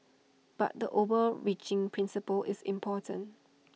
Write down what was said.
but the overreaching principle is important